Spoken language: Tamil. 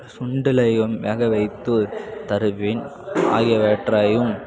சுண்டலையும் வேக வைத்து தருவேன் ஆகியவற்றையும்